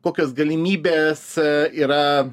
kokios galimybės yra